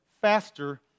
faster